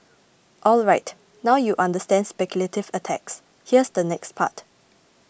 alright now you understand speculative attacks here's the next part